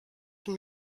von